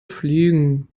fliegen